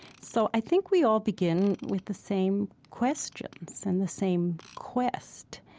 so i think we all begin with the same questions and the same quest.